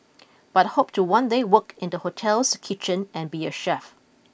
but hope to one day work in the hotel's kitchen and be a chef